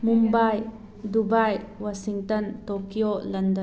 Mumbai Dubai Washington Tokyo London